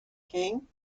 king